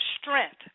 strength